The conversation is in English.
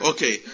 Okay